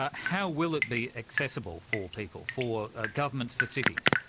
ah how will it be accessible for people, for ah governments, for cities?